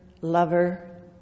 lover